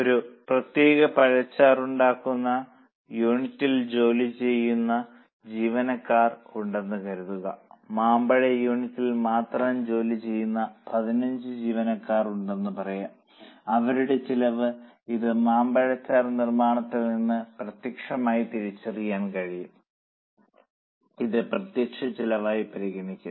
ഒരു പ്രത്യേക പഴച്ചാർ ഉണ്ടാക്കുന്ന യൂണിറ്റിൽ ജോലി ചെയ്യുന്ന ജീവനക്കാർ ഉണ്ടെന്ന് കരുതുക മാമ്പഴ യൂണിറ്റിൽ മാത്രം ജോലി ചെയ്യുന്ന 15 ജീവനക്കാർ ഉണ്ടെന്ന് പറയാം അവരുടെ ചെലവ് ഇത് മാമ്പഴച്ചാർ നിർമ്മാണത്തിൽ നിന്ന് പ്രത്യേകമായി തിരിച്ചറിയാൻ കഴിയും അത് പ്രത്യക്ഷ ചെലവായി പരിഗണിക്കപ്പെടും